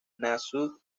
nassau